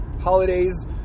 holidays